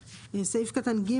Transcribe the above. סעיף קטן (ג)